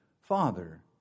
father